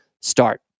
start